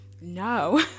no